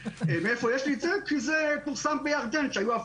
יש לי את זה כי זה פורסם בירדן כשהיו שם